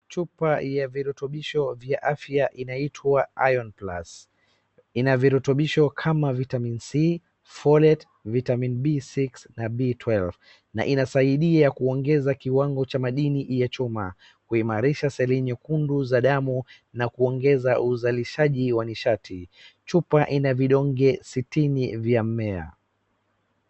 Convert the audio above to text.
Chupa ya virutubisho vya afya inaitwa iron plus . Ina virutubisho kama vitamin C, folate, vitamin B6 na B12 , na inasaidia kuongeza kiwango cha madini ya chuma, kuimarisha seli nyekundu za damu na kuongeza uzalishaji wa nishati. Chupa ina vidonge sitini vya mmea.